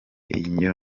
iyo